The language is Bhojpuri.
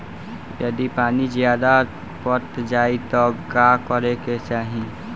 यदि पानी ज्यादा पट जायी तब का करे के चाही?